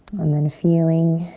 and then feeling